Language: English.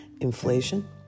inflation